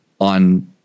on